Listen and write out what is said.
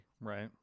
Right